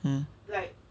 !huh!